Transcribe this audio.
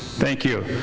thank you.